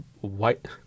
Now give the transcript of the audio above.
white